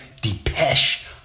Depeche